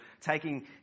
taking